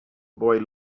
boy